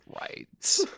right